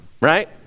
right